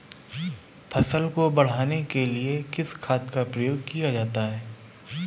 फसल को बढ़ाने के लिए किस खाद का प्रयोग किया जाता है?